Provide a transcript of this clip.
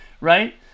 right